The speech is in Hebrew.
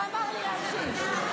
חבר'ה, תנו לי לסיים.